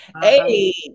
Hey